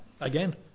again